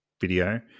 video